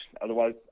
otherwise